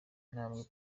intambwe